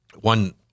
one